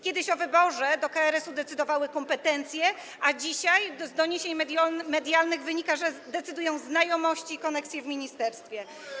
Kiedyś o wyborze do KRS-u decydowały kompetencje, a dzisiaj z doniesień medialnych wynika, że decydują znajomości i koneksje w ministerstwie.